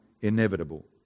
inevitable